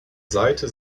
seite